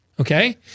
Okay